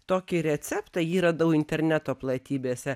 tokį receptą jį radau interneto platybėse